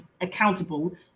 accountable